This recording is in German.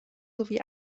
sowie